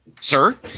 Sir